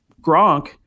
Gronk